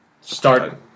Start